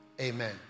Amen